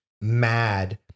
mad